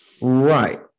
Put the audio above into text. Right